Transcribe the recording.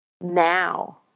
now